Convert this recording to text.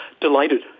Delighted